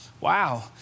Wow